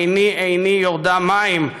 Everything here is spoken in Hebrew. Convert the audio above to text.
עיני עיני יֹרדה מים",